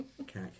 okay